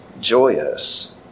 joyous